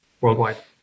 worldwide